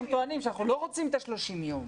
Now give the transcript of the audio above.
טוענים אנחנו לא רוצים את ה-30 יום.